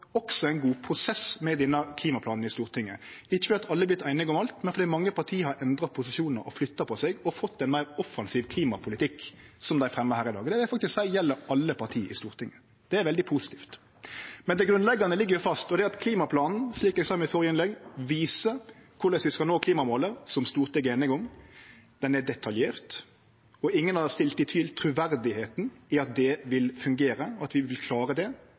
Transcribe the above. ein god prosess med denne klimaplanen i Stortinget – ikkje fordi alle har vorte einige om alt, men fordi mange parti har endra posisjonar, flytta på seg og fått til ein meir offensiv klimapolitikk, som dei fremjar her i dag. Det vil eg faktisk seie gjeld alle parti i Stortinget, og det er veldig positivt. Men det grunnleggjande ligg fast, og det er at klimaplanen, slik eg sa i mitt førre innlegg, viser korleis vi skal nå klimamålet som Stortinget er einig om. Han er detaljert. Ingen har trekt i tvil truverdet i at det vil fungere, og at vi vil klare det, og det synest eg er bra, for det